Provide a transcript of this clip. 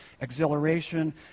exhilaration